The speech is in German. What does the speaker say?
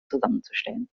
zusammenzustellen